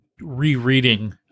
rereading